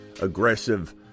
aggressive